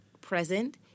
present